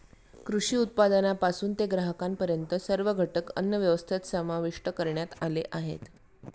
कृषी उत्पादनापासून ते ग्राहकांपर्यंत सर्व घटक अन्नव्यवस्थेत समाविष्ट करण्यात आले आहेत